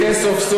ארבע נשים זה טוב.